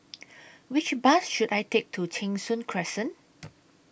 Which Bus should I Take to Cheng Soon Crescent